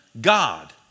God